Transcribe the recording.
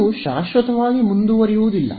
ಅದು ಶಾಶ್ವತವಾಗಿ ಮುಂದುವರಿಯುವುದಿಲ್ಲ